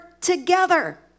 together